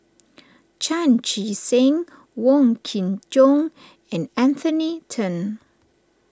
Chan Chee Seng Wong Kin Jong and Anthony then